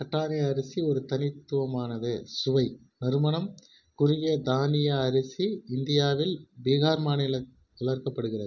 கட்டார்னி அரிசி ஒரு தனித்துவமானது சுவை நறுமணம் குறுகிய தானிய அரிசி இந்தியாவில் பீகார் மாநிலம் வளர்க்கப்படுகிறது